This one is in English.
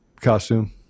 costume